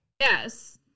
Yes